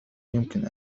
يمكن